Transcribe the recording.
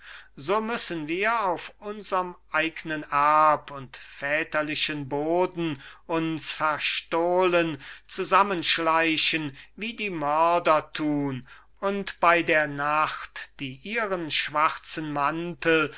so müssen wir auf unserm eigenen erb und väterlichem boden uns verstohlen zusammenschleichen wie die mörder tun und bei der nacht die ihren schwarzen mantel